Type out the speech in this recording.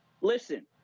listen